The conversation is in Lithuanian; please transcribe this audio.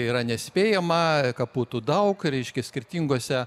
yra nespėjama kapų tų daug reiškia skirtingose